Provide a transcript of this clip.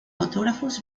autógrafos